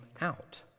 out